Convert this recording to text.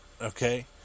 Okay